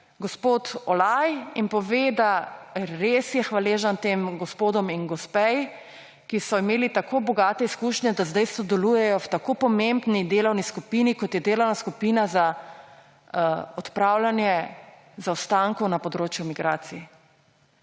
gospod Olaj in pove, da res je hvaležen tem gospodom in gospe, ki so imeli tako bogate izkušnje, da sedaj sodelujejo v tako pomembni delovni skupini, kot je delovna skupina za odpravljanje zaostankov na področju migracij.